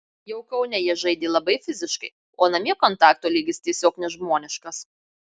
jau kaune jie žaidė labai fiziškai o namie kontakto lygis tiesiog nežmoniškas